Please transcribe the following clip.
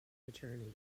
attorney